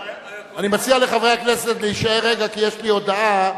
מציע לחברי הכנסת להישאר רגע, כי יש לי הודעה,